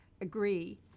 agree